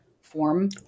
form